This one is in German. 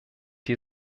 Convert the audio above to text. die